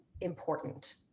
important